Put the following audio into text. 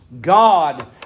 God